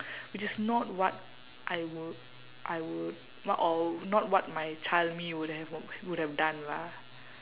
which is not what I would I would not all not what my child me would have w~ would have done lah